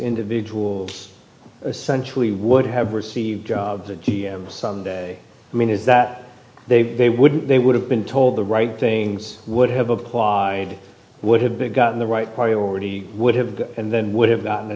individuals essentially would have received some day i mean is that they they would they would have been told the right things would have applied would have been gotten the right priority would have and then would have gotten a